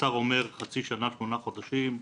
השר אומר חצי שנה-שמונה חודשים,